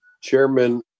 Chairman